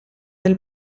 del